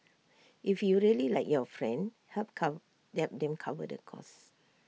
if you really like your friend help cover the them cover the cost